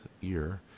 year